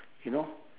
you know